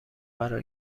قرار